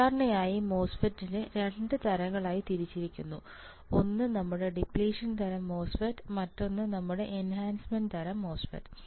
സാധാരണയായി മോസ്ഫെറ്റിനെ 2 തരങ്ങളായി തിരിച്ചിരിക്കുന്നു ഒന്ന് നമ്മുടെ ഡിപ്ലിഷൻ തരം മോസ്ഫെറ്റ് മറ്റൊന്ന് നമ്മുടെ എൻഹാൻസ്മെൻറ് തരം മോസ്ഫെറ്റ്